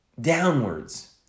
downwards